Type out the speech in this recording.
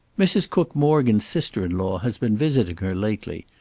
mrs. cook morgan's sister-in-law has been visiting her lately.